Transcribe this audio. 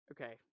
okay